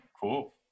cool